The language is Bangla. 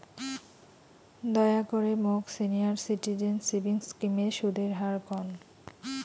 দয়া করে মোক সিনিয়র সিটিজেন সেভিংস স্কিমের সুদের হার কন